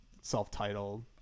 self-titled